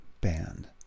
band